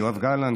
יואב גלנט,